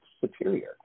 superior